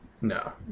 No